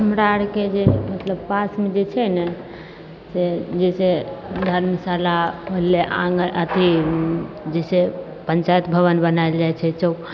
हमराआरके जे मतलब पासमे जे छै ने से जे छै धर्मशाला होलय आँगन अथी जे छै पञ्चायतभवन बनायल जाइ छै चौक